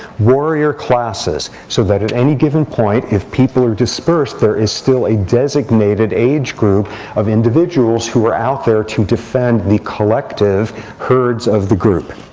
warrior classes, so that at any given point, if people are dispersed, there is still a designated age group of individuals who are out there to defend the collective herds of the group.